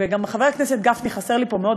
וגם חבר הכנסת גפני חסר לי פה מאוד,